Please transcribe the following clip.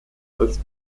als